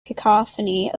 cacophony